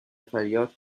فریاد